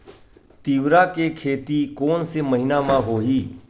तीवरा के खेती कोन से महिना म होही?